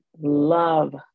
love